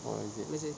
why is it